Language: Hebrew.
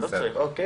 בסדר.